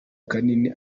kanini